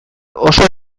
oso